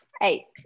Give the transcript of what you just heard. Hey